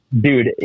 dude